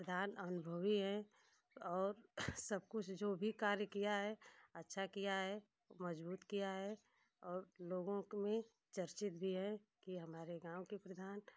प्रधान अनुभवी हैं और सब कुछ जो अच्छा कार्य किया है अच्छा किया है मजबूत किया है और लोगों के लिए चर्चित भी हैं कि हमारे गाँव के प्रधान